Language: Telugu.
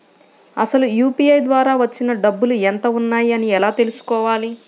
అసలు యూ.పీ.ఐ ద్వార వచ్చిన డబ్బులు ఎంత వున్నాయి అని ఎలా తెలుసుకోవాలి?